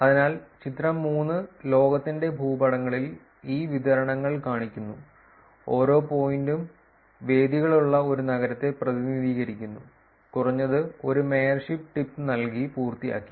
അതിനാൽ ചിത്രം 3 ലോകത്തിന്റെ ഭൂപടങ്ങളിൽ ഈ വിതരണങ്ങൾ കാണിക്കുന്നു ഓരോ പോയിന്ററും വേദികളുള്ള ഒരു നഗരത്തെ പ്രതിനിധീകരിക്കുന്നു കുറഞ്ഞത് ഒരു മേയർഷിപ്പ് ടിപ്പ് നൽകി പൂർത്തിയാക്കി